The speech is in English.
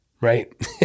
right